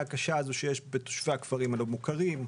הקשה הזאת שיש בתושבי הכפרים הלא מוכרים.